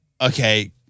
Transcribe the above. okay